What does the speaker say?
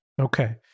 Okay